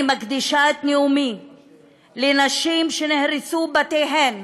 אני מקדישה את נאומי לנשים שנהרסו בתיהן